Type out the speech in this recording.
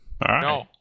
No